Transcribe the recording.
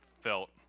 felt